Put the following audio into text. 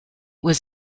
was